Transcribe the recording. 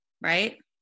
right